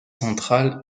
central